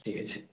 ঠিক আছে